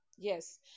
Yes